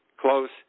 Close